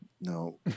No